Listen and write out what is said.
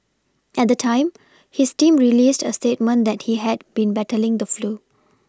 at the time his team released a statement that he had been battling the flu